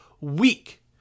week